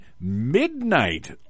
midnight